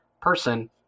person